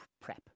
prep